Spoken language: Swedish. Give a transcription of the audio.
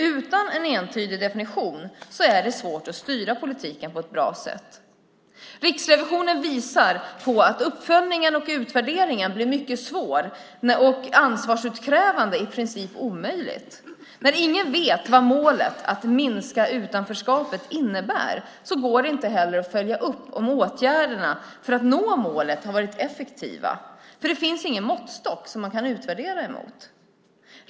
Utan en entydig definition är det svårt att styra politiken på ett bra sätt. Riksrevisionen visar på att uppföljningen och utvärderingen blir mycket svår och ansvarsutkrävande i princip omöjligt. När ingen vet vad målet att minska utanförskapet innebär går det inte heller att följa upp om åtgärderna för att nå målet har varit effektiva. Det finns ingen måttstock som man kan utvärdera mot.